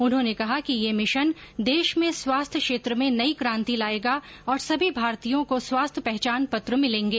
उन्होंने कहा कि यह मिशन देश में स्वास्थ्य क्षेत्र में नई कांति लाएगा और सभी भारतीयों को स्वास्थ्य पहचान पत्र मिलेंगे